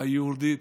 היהודית,